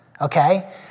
okay